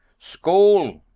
skoal!